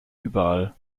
überall